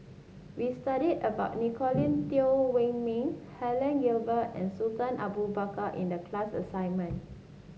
we studied about Nicolette Teo Wei Min Helen Gilbey and Sultan Abu Bakar in the class assignment